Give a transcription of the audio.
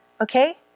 Okay